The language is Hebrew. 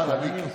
מהתחלה, מיקי.